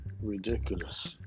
ridiculous